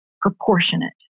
proportionate